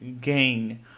gain